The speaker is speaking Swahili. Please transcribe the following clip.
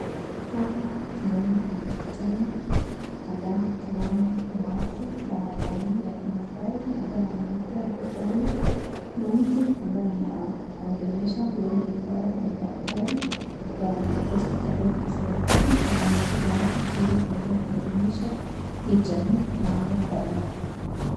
Hapa tunaona kuna mkutano ambao tunaona ni watu wa jamii ya kimaasai ambao wameitwa mkutano na mtu ambaye anawaongelesha huenda ikawa ni daktari wa hospitali ya kiserikali na amekuja hapa ili kuweza kuelimisha hii jamii mambo kadhaa wa kadhaa.